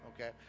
Okay